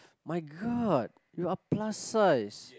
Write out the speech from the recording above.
my god you are plus size